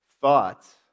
Thoughts